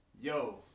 yo